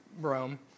Rome